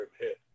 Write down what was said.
hit